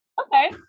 Okay